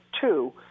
two